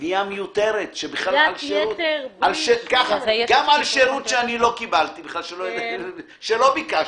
גבייה מיותרת על שירות שלא ביקשתי,